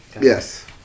Yes